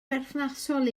berthnasol